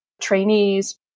trainees